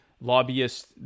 lobbyists